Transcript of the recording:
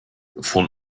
von